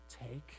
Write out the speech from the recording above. Take